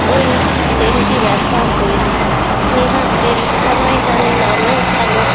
ওই তেলটি ব্যবহার করেছি নেহা তেল সবাই জানে নামেও ভালো